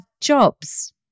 jobs